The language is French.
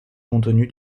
contenu